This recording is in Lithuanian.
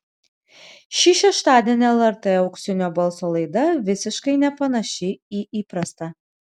šį šeštadienį lrt auksinio balso laida visiškai nepanaši į įprastą